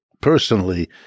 personally